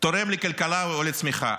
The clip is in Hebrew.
תורם לכלכלה או לצמיחה.